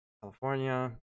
California